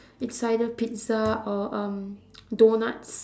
it's either pizza or um doughnuts